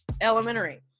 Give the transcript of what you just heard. elementary